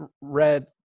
read